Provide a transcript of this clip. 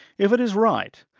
if it is right,